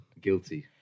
Guilty